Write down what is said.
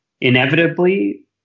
inevitably